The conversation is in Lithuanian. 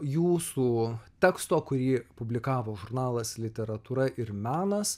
jūsų teksto kurį publikavo žurnalas literatūra ir menas